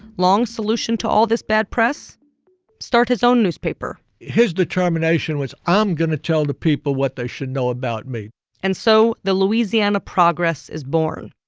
long's solution to all this bad press start his own newspaper his determination was, i'm going to tell the people what they should know about me and so the louisiana progress is born.